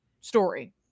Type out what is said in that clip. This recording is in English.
story